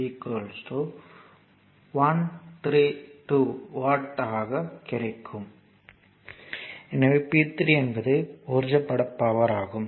எனவே P3 22 6 132 watt ஆக இருக்கும் எனவே பவர் உறிஞ்சப்படுகிறது